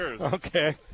Okay